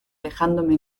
dejándome